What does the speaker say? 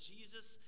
Jesus